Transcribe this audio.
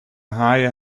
haaien